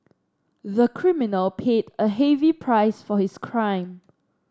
the criminal paid a heavy price for his crime